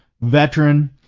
veteran